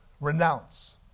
renounce